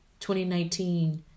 2019